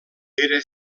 era